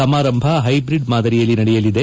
ಸಮಾರಂಭ ಹೈಬ್ರಿಡ್ ಮಾದರಿಯಲ್ಲಿ ನಡೆಯಲಿದೆ